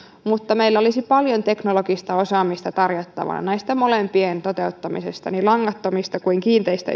meillä olisi paljon teknologista osaamista tarjottavana näiden molempien niin langattomien kuin kiinteiden